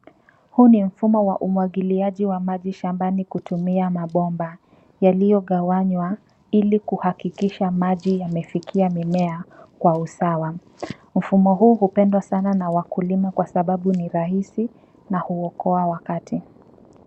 Huu ni mfumo wa umwagiliaji wa maji shambani kutumia mabomba yaliyogawanywa ilikuhakikisha maji yamefikia mimea kwa usawa. Mfumo huu hupendwa sana na wakulima kwa sababu ni rahisi na huokoa wakati.